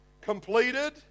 completed